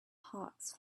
hawks